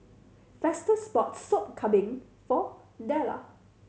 Festus bought Sop Kambing for Della